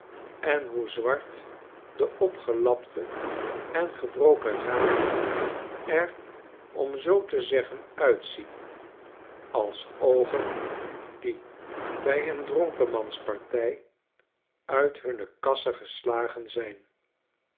en hoe zwart de opgelapte en gebroken ram en er om zoo te zeggen uitzien als oogen die bij een dronkemanspartij uit hunne kassen geslagen zijn